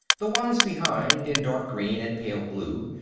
the ones behind, in dark green and pale blue,